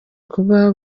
kuba